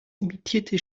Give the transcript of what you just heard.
emittierte